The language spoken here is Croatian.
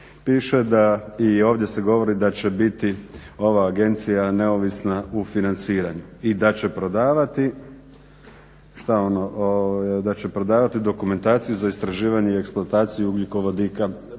Piše da i ovdje se govori da će biti ova agencija neovisna u financiranju i da će prodavati, što ono da će prodavati dokumentaciju za istraživanje i eksploataciju ugljikovodika